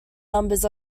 numbers